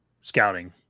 scouting